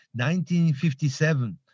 1957